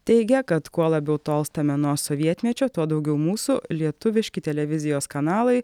teigia kad kuo labiau tolstame nuo sovietmečio tuo daugiau mūsų lietuviški televizijos kanalai